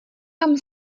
tam